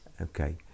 okay